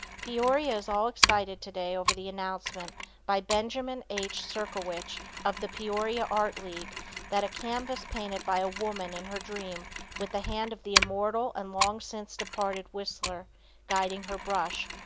peoria is all excited today over the announcement by benjamin h. serkowich of the peoria art league that a canvas painted by a woman in her dream with the hand of the immortal and long since departed whistler guiding her brush,